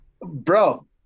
bro